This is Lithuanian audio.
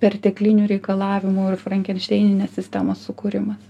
perteklinių reikalavimų ir frankenšteininės sistemos sukūrimas